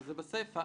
וזה בסיפה,